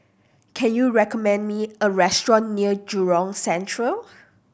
can you recommend me a restaurant near Jurong Central